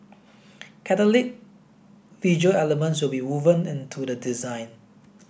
catholic visual elements will be woven into the design